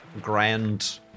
grand